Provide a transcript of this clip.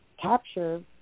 capture